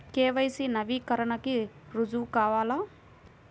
KYC నవీకరణకి రుజువు కావాలా?